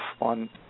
on